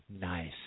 Nice